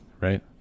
right